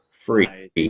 Free